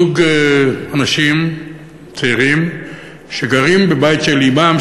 זוג אנשים צעירים שגרים בבית של אמם,